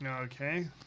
Okay